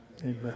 Amen